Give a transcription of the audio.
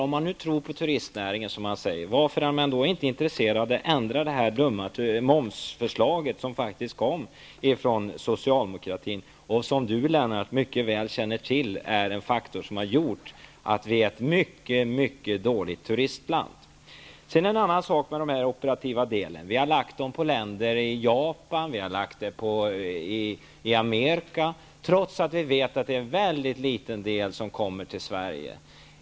Om man nu tror på turistnäringen, varför är man då inte intresserad av att ändra på det dumma förslaget om moms, som faktiskt kom från Socialdemokraterna? Lennart Nilsson känner mycket väl till att det är en faktor som har bidragit till att Sverige är ett mycket dåligt turistland. Medel för operativa insatser har lagts på länder som Japan och USA, trots att vi vet att det är få där som kommer till Sverige.